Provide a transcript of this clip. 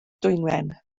dwynwen